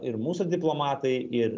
ir mūsų diplomatai ir